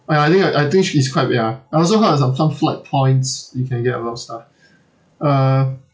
oh ya I think I think is quite ya I also heard some some flight points you can get a lot of stuff uh